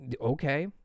okay